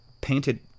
painted